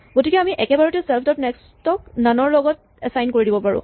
গতিকে আমি একেবাৰতে চেল্ফ ডট নেক্স্ট ক নন ৰ লগত এচাইন কৰি দিব পাৰোঁ